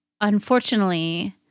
unfortunately